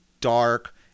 Dark